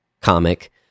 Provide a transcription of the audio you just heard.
comic